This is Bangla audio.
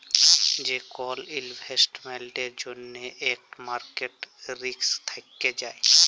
যে কল ইলভেস্টমেল্টের জ্যনহে ইকট মার্কেট রিস্ক থ্যাকে যায়